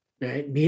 Right